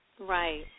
right